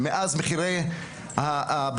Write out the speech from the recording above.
מאז מחירי הברזל